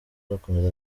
arakomeza